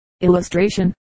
Illustration